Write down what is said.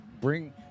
bring